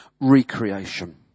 recreation